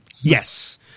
Yes